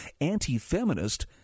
anti-feminist